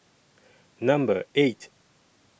Number eight